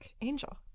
angel